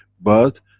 but,